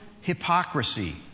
hypocrisy